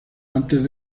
antes